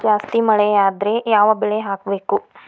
ಜಾಸ್ತಿ ಮಳಿ ಆದ್ರ ಯಾವ ಬೆಳಿ ಹಾಕಬೇಕು?